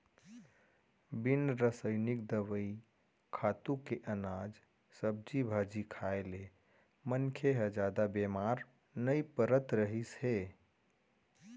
बिन रसइनिक दवई, खातू के अनाज, सब्जी भाजी खाए ले मनखे ह जादा बेमार नइ परत रहिस हे